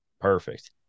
Perfect